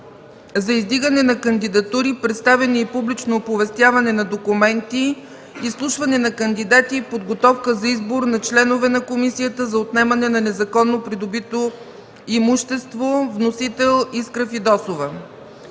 за издигане на кандидатури, представяне и публично оповестяване на документи, изслушване на кандидати и подготовка за избор на членове на Комисията за отнемане на законно придобито имущество. Вносител е народният